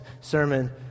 sermon